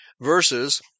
verses